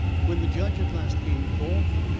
when the judge at last came forth,